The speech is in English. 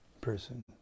person